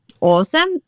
awesome